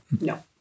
No